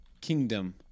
Kingdom